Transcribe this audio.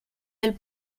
del